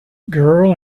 girl